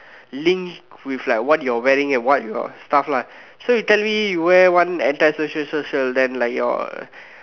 link with like what you're wearing and what your stuff lah so you tell me you wear one anti social shirt then like your